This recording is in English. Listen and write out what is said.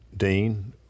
Dean